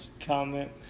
comment